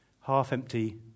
half-empty